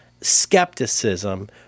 skepticism